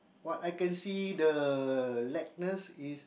but I can see the lackness is